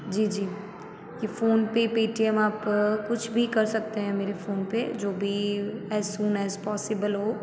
जी जी ये PhonePe Paytm आप कुछ भी कर सकते हैं मेरे फ़ोन पर जो भी एस सून एस पॉसिबल हो